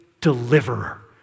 deliverer